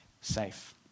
safe